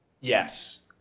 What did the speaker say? Yes